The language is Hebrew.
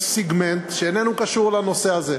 יש סגמנט שאיננו קשור לנושא הזה.